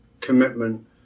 commitment